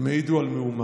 הם העידו על מהומה.